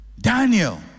Daniel